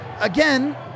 again